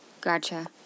Gotcha